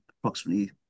approximately